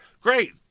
Great